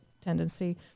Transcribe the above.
tendency